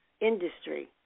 industry